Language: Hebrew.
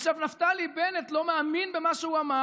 עכשיו, נפתלי בנט לא מאמין במה שהוא אמר.